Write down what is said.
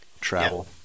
travel